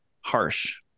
harsh